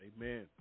Amen